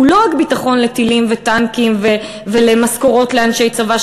הוא לא רק ביטחון של טילים וטנקים ולמשכורות לאנשי צבא,